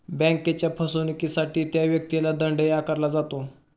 बँकेच्या फसवणुकीसाठी त्या व्यक्तीला दंडही आकारला जातो